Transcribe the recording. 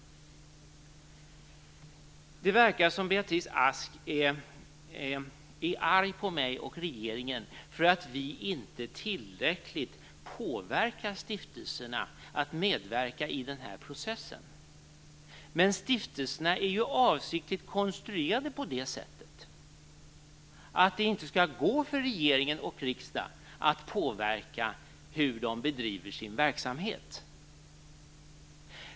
Det verkar som om Beatrice Ask är arg på mig och regeringen därför att vi inte tillräckligt påverkar stiftelserna att medverka i den här processen. Men stiftelserna är ju avsiktligt konstruerade så att det inte skall gå för regering och riksdag att påverka hur de bedriver sin verksamhet.